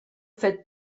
fet